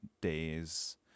days